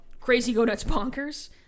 crazy-go-nuts-bonkers